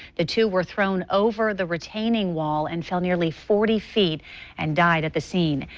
the two were thrown over the retaining wall and fell nearly forty feet and died at the scene.